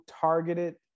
targeted